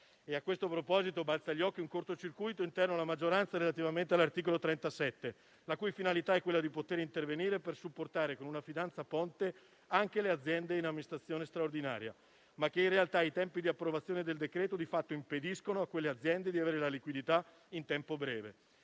A questo proposito, balza agli occhi il cortocircuito interno alla maggioranza relativamente all'articolo 37, la cui finalità è intervenire per supportare con una finanza ponte anche le aziende in amministrazione straordinaria e a cui, in realtà, i tempi di approvazione del decreto-legge di fatto impediscono di avere liquidità in tempo breve.